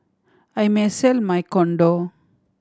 I may sell my condo